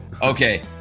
okay